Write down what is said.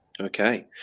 Okay